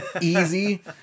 Easy